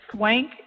Swank